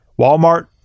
walmart